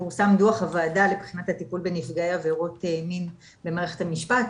פורסם דוח הוועדה לטיפול בנפגעי עבירות מין במערכת המשפט,